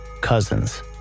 cousins